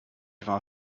war